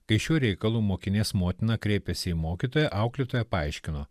kai šiuo reikalu mokinės motina kreipėsi į mokytoja auklėtoja paaiškino